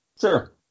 Sure